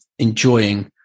enjoying